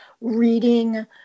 reading